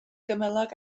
gymylog